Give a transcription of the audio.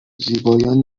زیبایان